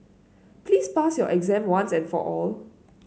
please pass your exam once and for all